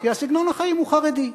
כי סגנון החיים הוא חרדי.